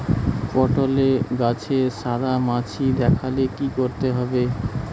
পটলে গাছে সাদা মাছি দেখালে কি করতে হবে?